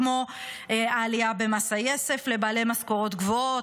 כמו עלייה במס היסף לבעלי משכורות גבוהות,